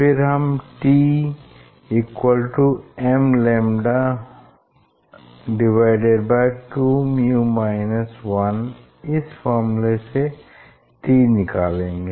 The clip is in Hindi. फिर हम t mλ2 µ 1 इस फॉर्मूले से t निकालेंगे